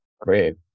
Great